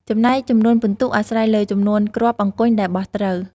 ចំណែកចំនួនពិន្ទុអាស្រ័យលើចំនួនគ្រាប់អង្គញ់ដែលបោះត្រូវ ។